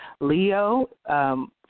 Leo